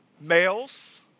males